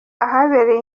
ahabereye